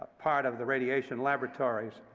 part of the radiation laboratory's